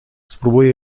spróbuję